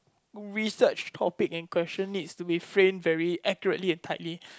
research topic and question needs to be framed very accurately and tightly